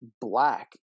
black